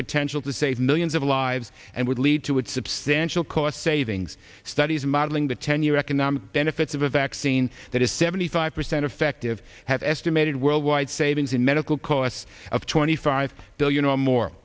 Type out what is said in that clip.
potential to save millions of lives and would lead to a substantial cost savings studies modeling the ten year economic benefits of a vaccine that is seventy five percent effective have estimated worldwide savings in medical costs of twenty five billion or more